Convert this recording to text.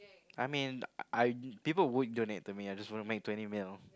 I mean I people would donate to me I just wanna make twenty mil